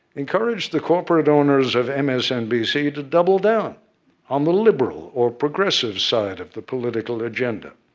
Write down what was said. encouraged the corporate owners of msnbc to double down on the liberal, or progressive, side of the political agenda.